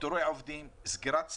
פיטורי עובדים, סגירת סניפים,